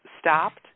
stopped